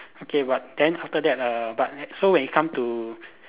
okay but then after that err but like so when it come to